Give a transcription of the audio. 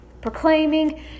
proclaiming